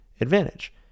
advantage